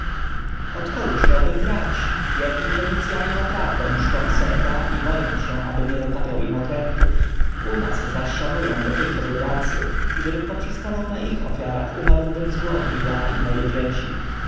kogóż mam brać jedni fenicjanie naprawdę czczą seta i boją się aby nie zatapiał im okrętów u nas zaś szanują go tylko biedacy gdybym poprzestawał na ich ofiarach umarłbym z głodu ja i moje dzieci